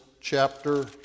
chapter